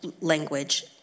language